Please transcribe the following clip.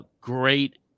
great